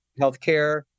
Healthcare